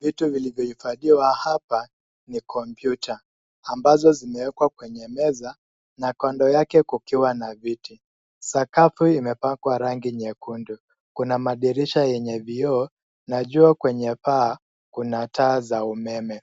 Vitu vilivyohifadhiwa hapa ni kompyuta ambazo zimewekwa kwenye meza na kando yake kukiwa na viti. Sakafu imepakwa rangi nyekundu. Kuna madirisha yenye vioo na juu kwenye taa za umeme.